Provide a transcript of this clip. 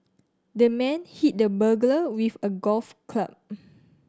the man hit the burglar with a golf club